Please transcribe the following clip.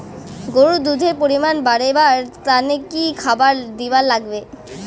গরুর দুধ এর পরিমাণ বারেবার তানে কি খাবার দিবার লাগবে?